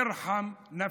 ארחם נפסכ,